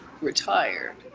retired